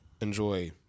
enjoy